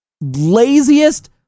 laziest